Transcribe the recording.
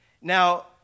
Now